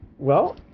well,